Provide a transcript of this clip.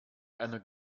einer